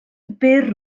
byr